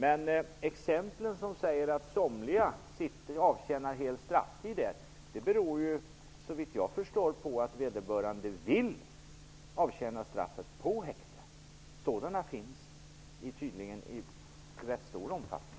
Exemplen på att somliga avtjänar hela strafftiden på ett häkte har sin grund, såvitt jag förstår, i att vederbörande vill avtjäna sitt straff på häkte. Sådana människor finns det, och de är tydligen rätt många.